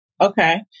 Okay